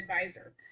Advisor